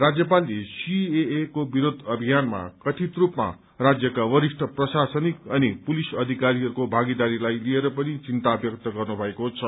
राज्यपालले सीएएको विरोध अभियानमा कथित रूपमा राज्यका वरिष्ठ प्रशासनिक अनि पुलिस अधिकारीहरूको भागीदारीलाई लिएर पनि चिन्ता व्यक्त गर्नुभएको छ